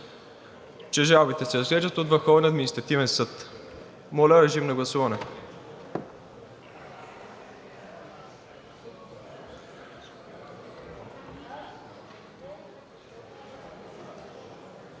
че жалбите се разглеждат от Върховния административен съд. Моля, режим на гласуване.